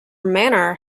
manor